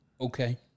Okay